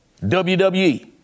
WWE